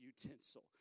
utensil